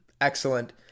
excellent